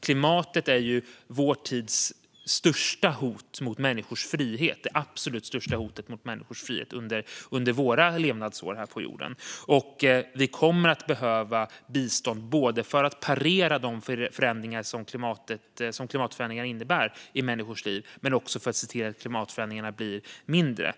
Klimatet är ju vår tids största hot mot människors frihet - det absolut största hotet mot människors frihet. Så är det under våra levnadsår här på jorden. Vi kommer att behöva bistånd för att parera de förändringar som klimatförändringarna innebär i människors liv men också för att se till att klimatförändringarna blir mindre.